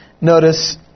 notice